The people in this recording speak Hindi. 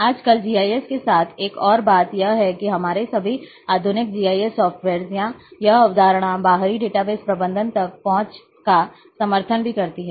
आजकल जीआईएस के साथ एक और बात यह है कि हमारे सभी आधुनिक जीआईएस सॉफ्टवेयर्स या यह अवधारणा बाहरी डेटाबेस प्रबंधन तक पहुंच का समर्थन भी करती है